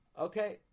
Okay